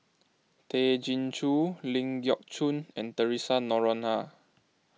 Tay Chin Joo Ling Geok Choon and theresa Noronha